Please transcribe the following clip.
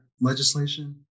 legislation